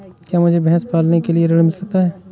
क्या मुझे भैंस पालने के लिए ऋण मिल सकता है?